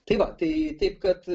tai va tai taip kad